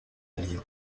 alliés